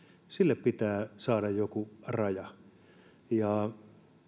sille pitää saada joku raja